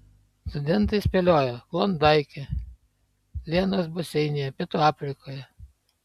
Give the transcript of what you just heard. studentai spėlioja klondaike lenos baseine pietų afrikoje